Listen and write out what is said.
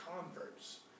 converts